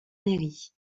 mairie